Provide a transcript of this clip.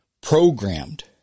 programmed